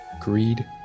greed